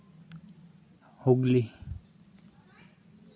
Hooghly